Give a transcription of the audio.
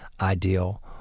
ideal